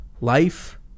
life